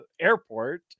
airport